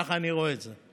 ככה אני רואה את זה,